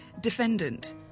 Defendant